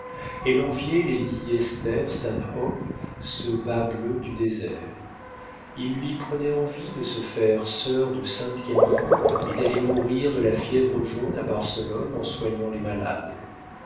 elle enviait lady esther stanhope ce bas-bleu du désert il lui prenait envie de se faire sœur de sainte camille et d'aller mourir de la fièvre jaune à barcelone en soignant les malades